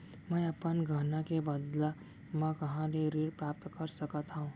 मै अपन गहना के बदला मा कहाँ ले ऋण प्राप्त कर सकत हव?